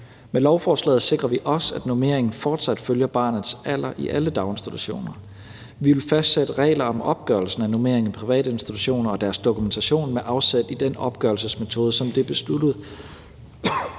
Med lovforslaget sikrer vi også, at normeringen fortsat følger barnets alder i alle daginstitutioner. Vi vil fastsætte regler om opgørelsen af normeringen i privatinstitutioner og deres dokumentation med afsæt i den opgørelsesmetode, som det er besluttet